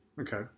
Okay